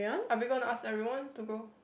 are we gonna ask everyone to go